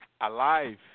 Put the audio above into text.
alive